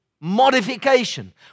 modification